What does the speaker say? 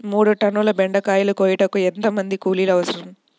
మూడు టన్నుల బెండకాయలు కోయుటకు ఎంత మంది కూలీలు అవసరం?